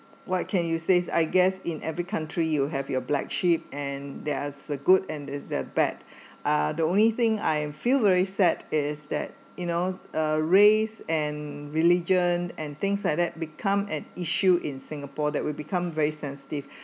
what can you says I guess in every country you have your black sheep and they has a good and they has a bad ah the only thing I feel very sad is that you know uh race and religion and things like that become an issue in singapore that will become very sensitive